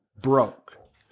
broke